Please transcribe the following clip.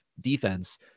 defense